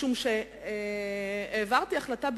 משום שהעברתי החלטה,